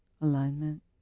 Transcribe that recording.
Alignment